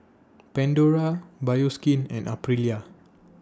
Pandora Bioskin and Aprilia